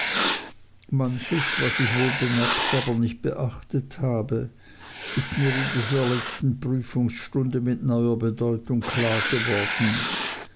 manches was ich wohl bemerkt aber nicht beachtet habe ist mir in dieser letzten prüfungstunde mit neuer bedeutung klar geworden